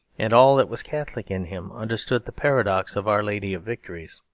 and all that was catholic in him understood the paradox of our lady of victories.